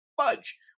fudge